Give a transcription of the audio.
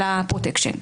של הפרוטקשן.